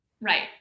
Right